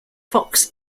fox